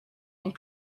and